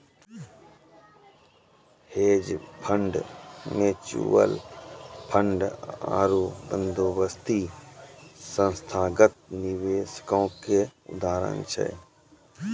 hedge fund, mutual fund आरु बंदोबस्ती संस्थागत निवेशको के उदाहरण छै